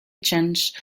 adapt